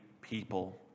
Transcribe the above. people